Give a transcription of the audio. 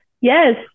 Yes